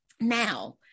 Now